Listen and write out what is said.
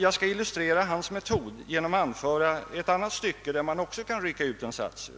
Jag skall illustrera hans metod genom att anföra ett annat stycke, ur vilket man också kan rycka ut en sats.